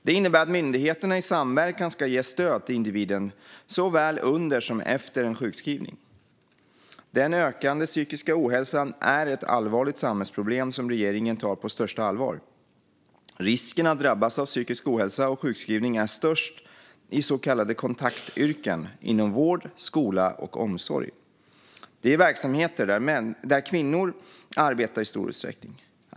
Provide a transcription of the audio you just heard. Det innebär att myndigheterna i samverkan ska ge stöd till individen såväl under som efter en sjukskrivning. Den ökande psykiska ohälsan är ett allvarligt samhällsproblem som regeringen tar på största allvar. Risken att drabbas av psykisk ohälsa och sjukskrivning är störst i så kallade kontaktyrken inom vård, skola och omsorg. Det är verksamheter där kvinnor arbetar i stor utsträckning.